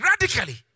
radically